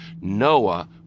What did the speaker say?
Noah